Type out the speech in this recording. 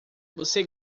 você